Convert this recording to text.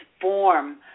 form